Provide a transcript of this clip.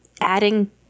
adding